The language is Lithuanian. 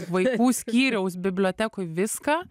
vaikų skyriaus bibliotekoj viską